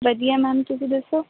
ਵਧੀਆ ਮੈਮ ਤੁਸੀਂ ਦੱਸੋ